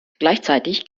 gleichzeitig